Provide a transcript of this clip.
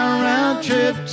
round-trip